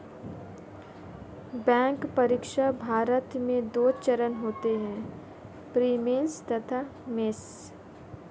bank परीक्षा, भारत में दो चरण होते हैं प्रीलिम्स तथा मेंस